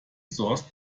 source